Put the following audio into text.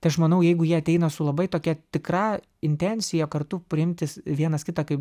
tai aš manau jeigu jie ateina su labai tokia tikra intencija kartu priimti vienas kitą kaip